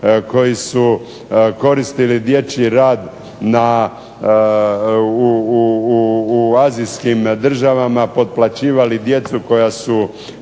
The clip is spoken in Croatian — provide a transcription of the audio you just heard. koji su koristili dječji rad u azijskim državama, potplaćivali djecu koja su